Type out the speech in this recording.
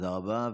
תודה רבה.